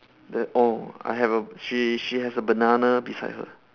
the oh I have a she she has a banana beside her